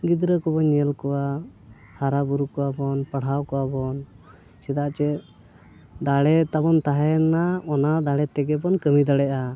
ᱜᱤᱫᱽᱨᱟᱹ ᱠᱚᱵᱚᱱ ᱧᱮᱞ ᱠᱚᱣᱟ ᱦᱟᱨᱟᱼᱵᱩᱨᱩ ᱠᱚᱣᱟᱵᱚᱱ ᱯᱟᱲᱦᱟᱣ ᱠᱚᱣᱟᱵᱚᱱ ᱪᱮᱫᱟᱜ ᱪᱮ ᱫᱟᱲᱮ ᱛᱟᱵᱚᱱ ᱛᱟᱦᱮᱱᱟ ᱚᱱᱟ ᱫᱟᱲᱮ ᱛᱮᱜᱮ ᱵᱚᱱ ᱠᱟᱹᱢᱤ ᱫᱟᱲᱮᱭᱟᱜᱼᱟ